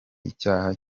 icyaha